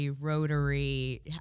Rotary